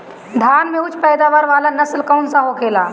धान में उच्च पैदावार वाला नस्ल कौन सा होखेला?